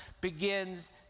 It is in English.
begins